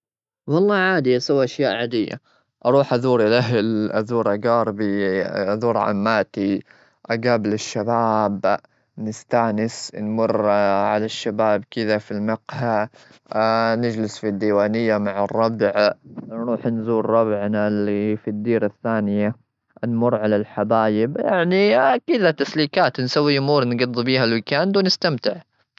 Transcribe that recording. والله عادي، أسوي أشياء عادية. أروح أزور الأهل، أزور أجاربي، أزور عماتي. أجابل الشباب، نستأنس. نمر، على الشباب كذا في المجهى. نجلس في الديوانية مع الربع. نروح نزور رابعنا هنا اللي في الديرة الثانية، نمر على الحبايب. يعني كذا تسليكات، نسوي أمور نقضي بها الويكاند ونستمتع.